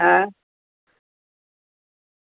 હા